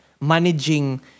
managing